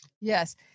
Yes